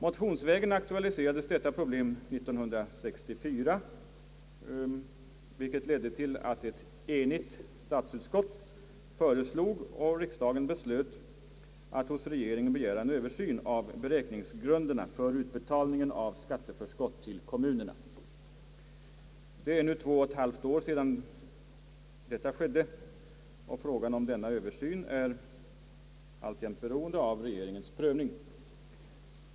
Motionsvägen «aktualiserades detta problem 1964, vilket ledde till att ett enigt statsutskott föreslog och riksdagen beslöt att hos regeringen begära en översyn av beräkningsgrunderna för utbetalningen av skatteförskott till kommunerna. Det är nu två och ett halvt år sedan detta hände, och frågan om denna översyn är alltjämt beroende av regeringens prövning.